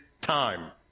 time